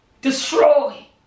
destroy